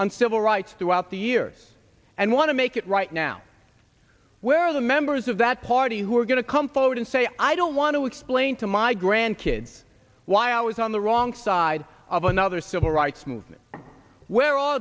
on civil rights throughout the years and want to make it right now where are the members of that party who are going to come forward and say i don't want to explain to my grandkids why i was on the wrong side of another civil rights movement where all